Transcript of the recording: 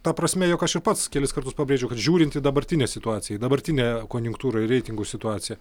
ta prasme jog aš ir pats kelis kartus pabrėžiau kad žiūrint į dabartinę situaciją dabartinę konjunktūrą ir reitingų situaciją